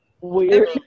weird